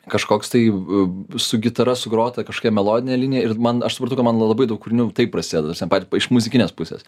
kažkoks tai e su gitara sugrotą kažkokia melodinė linija ir man aš suprantu man labai daug kūrinių taip prasideda ta prasme pat iš muzikinės pusės